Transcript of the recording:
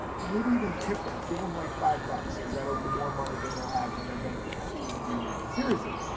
maybe even tip them, give them like five bucks, cause that'll be more money than they'll have in their bank accounts in a few years, seriously,